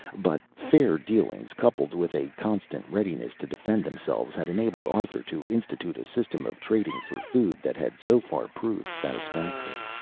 but fair dealings, coupled with a constant readiness to defend themselves, had enabled arthur to institute a system of trading for food that had so far proved satisfactory.